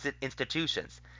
institutions